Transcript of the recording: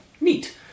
Neat